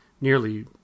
nearly